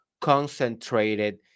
concentrated